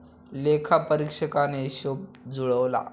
लेखापरीक्षकाने हिशेब जुळवला